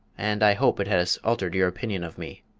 and i hope it has altered your opinion of me.